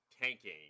tanking